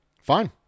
fine